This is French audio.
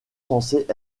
censé